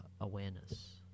awareness